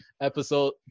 episode